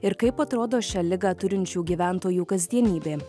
ir kaip atrodo šią ligą turinčių gyventojų kasdienybė